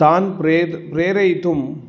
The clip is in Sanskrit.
तान् प्रेर प्रेरयितुम्